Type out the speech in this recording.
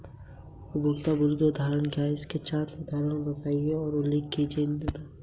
क्या हमें नियमित एफ.डी के बजाय नॉन कॉलेबल एफ.डी में निवेश करने का कोई फायदा मिलता है?